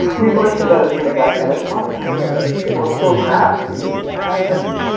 we might develop things like electronic paper but it will still perhaps be handwritten.